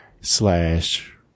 slash